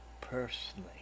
personally